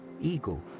Eagle